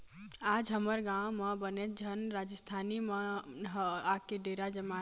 आज हमर गाँव म बनेच झन राजिस्थानी मन ह आके डेरा जमाए हे